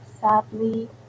sadly